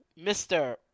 Mr